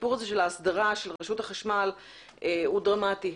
הסיפור של ההסדרה של רשות החשמל הוא דרמטי.